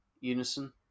Unison